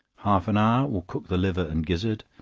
half an hour will cook the liver and gizzard,